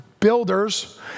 Builders